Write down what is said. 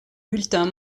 bulletin